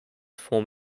form